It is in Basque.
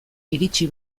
iritsi